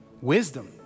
wisdom